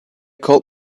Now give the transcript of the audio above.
called